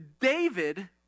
David